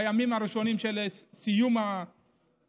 בימים הראשונים של סיום הפוגרומים